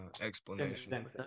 explanation